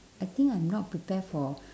I think I'm not prepare for